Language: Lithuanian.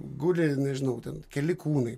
guli nežinau ten keli kūnai